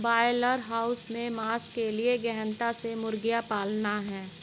broiler house में मांस के लिए गहनता से मुर्गियां पालना है